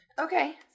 Okay